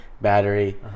battery